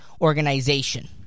organization